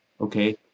okay